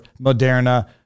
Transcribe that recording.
Moderna